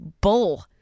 bull